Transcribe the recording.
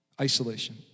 Isolation